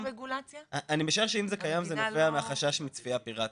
זה נובע מהחשש מצפיה פיראטית.